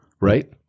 Right